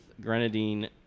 grenadine